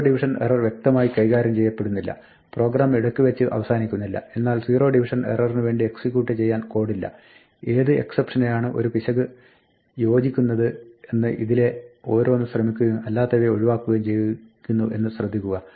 zero division error വ്യക്തമായി കൈകാര്യം ചെയ്യപ്പെടുന്നില്ല പ്രോഗ്രാം ഇടയ്ക്ക് വെച്ച് അവസാനിക്കുന്നില്ല എന്നാൽ സീറോ ഡിവിഷൻ എററിന് വേണ്ടി എക്സിക്യൂട്ട് ചെയ്യാൻ കോഡില്ല ഏത് എക്സപ്ഷനെയാണ് ഒരു പിശക് യോജിക്കുന്നതെന്ന് ഇതിലെ ഓരോന്നും ശ്രമിക്കുകയും അല്ലാത്തവയെ ഒഴിവാക്കുകയും ചെയ്യുന്നു എന്ന് ശ്രദ്ധിക്കുക